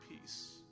peace